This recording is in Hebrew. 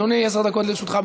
אדוני, עשר דקות לרשותך.